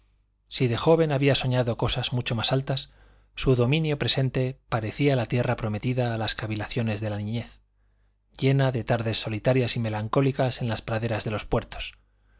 si de joven había soñado cosas mucho más altas su dominio presente parecía la tierra prometida a las cavilaciones de la niñez llena de tardes solitarias y melancólicas en las praderas de los puertos